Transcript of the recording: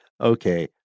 Okay